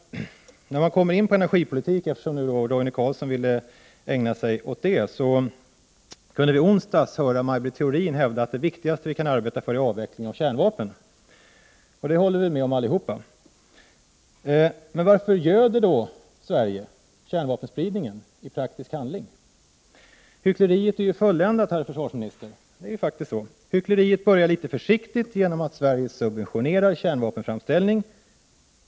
När det gäller energipolitik — eftersom nu Roine Carlsson vill ägna sig åt det— kunde vi i onsdags höra Maj Britt Theorin hävda att det viktigaste vi kan arbeta för är en avveckling av kärnvapnen. Det håller vi väl med om allihop. Men varför ”göder” då Sverige kärnvapenspridningen i praktisk handling? Hyckleriet är ju fulländat, herr försvarsminister! Det är faktiskt så. Hyckleriet börjar litet försiktigt genom att Sverige subventionerar kärnvapenframställning.